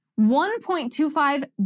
1.25